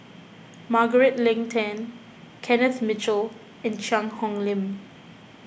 Margaret Leng Tan Kenneth Mitchell and Cheang Hong Lim